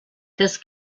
das